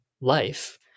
life